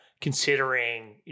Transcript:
considering